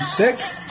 sick